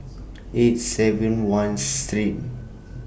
eight seven one steem